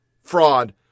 fraud